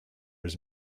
his